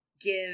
give